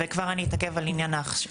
וכבר אני אתעכב על ההכשרה,